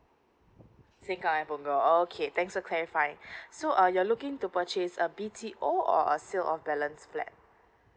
sengkang and punggol okay thanks uh clarified so are you are looking to purchase a B_T_O or sale of balance flat